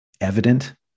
evident